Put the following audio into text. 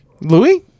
Louis